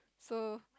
so